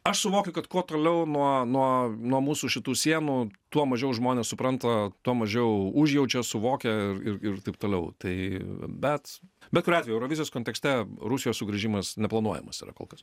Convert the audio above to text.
aš suvokiu kad kuo toliau nuo nuo nuo mūsų šitų sienų tuo mažiau žmonės supranta tuo mažiau užjaučia suvokia ir ir ir taip toliau tai bet bet kuriuo atveju eurovizijos kontekste rusijos sugrįžimas neplanuojamas yra kol kas